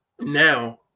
now